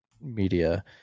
media